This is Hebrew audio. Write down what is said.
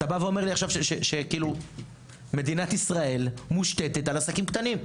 אתה בא ואומר לי עכשיו שמדינת ישראל מושתתת על עסקים קטנים.